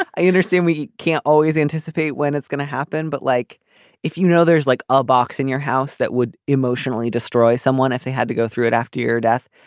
i understand we can't always anticipate when it's gonna happen but like if you know there's like a box in your house that would emotionally destroy someone if they had to go through it after your death.